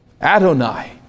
Adonai